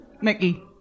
Mickey